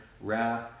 wrath